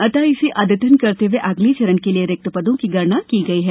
अतः इसे अद्यतन करते हुए अगले चरण के लिये रिक्त पदों की गणना की गई है